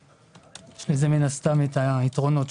ויש לזה מן הסתם גם יתרונות.